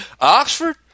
Oxford